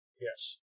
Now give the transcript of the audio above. Yes